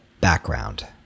background